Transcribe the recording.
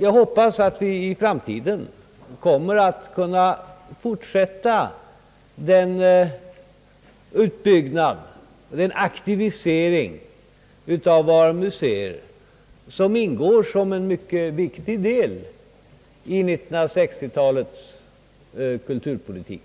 Jag hoppas att vi i framtiden kommer att kunna fortsätta den utbyggnad och den aktivisering av våra museer som ingår som en mycket viktig del i 1960-talets kulturpolitik